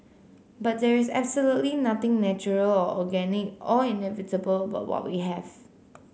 but there is absolutely nothing natural or organic or inevitable about what we have